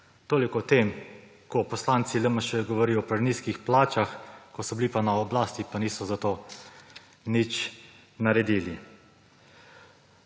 Toliko o tem, ko poslanci LMŠ govorijo o prenizkih plačah, ko so bili pa na oblasti, pa niso za to nič naredili.